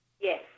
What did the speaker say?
Yes